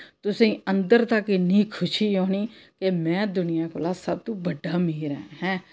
तुसें अंदर तक्कर इन्नी खुशी औनी कि मैं दुनियां कोला सबतूं बड्डा मीर ऐ